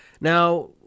Now